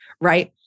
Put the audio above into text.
right